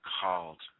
called